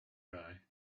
guy